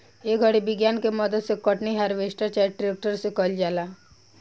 ए घड़ी विज्ञान के मदद से कटनी, हार्वेस्टर चाहे ट्रेक्टर से कईल जाता